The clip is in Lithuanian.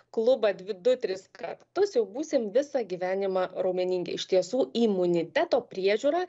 klubą dvi du tris kartus jau būsim visą gyvenimą raumeningi iš tiesų imuniteto priežiūra